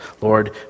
Lord